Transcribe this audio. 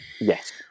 yes